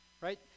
right